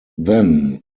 then